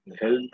Health